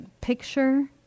picture